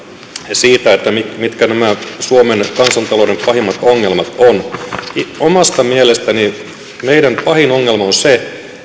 siitä mitkä nämä suomen kansantalouden pahimmat ongelmat ovat omasta mielestäni meidän pahin ongelma on se